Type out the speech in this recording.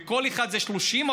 וכל אחד זה 30%,